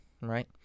right